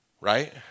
Right